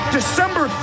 december